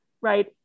right